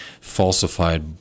falsified